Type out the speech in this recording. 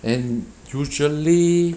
and usually